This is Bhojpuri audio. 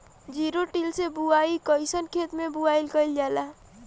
जिरो टिल से बुआई कयिसन खेते मै बुआई कयिल जाला?